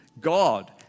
God